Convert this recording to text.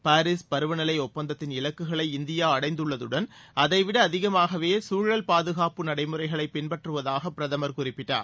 Paris பருவ நிலை ஒப்பந்ததத்தின் இலக்குகளை இந்தியா அடைந்துள்ளதுடன் அதைவிட அதிகமாகவே தூழல் பாதுகாப்பு நடைமுறைகளைப் பின்பற்றுவதாக பிரதமர் குறிப்பிட்டார்